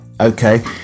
Okay